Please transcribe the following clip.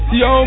yo